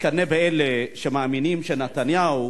מתקנא באלה שמאמינים שנתניהו,